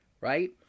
right